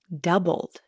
doubled